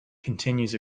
continues